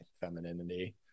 femininity